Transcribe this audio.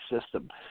system